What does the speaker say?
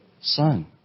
son